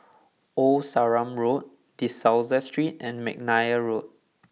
Old Sarum Road De Souza Street and McNair Road